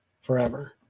forever